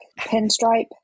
pinstripe